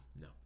No